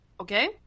okay